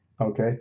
Okay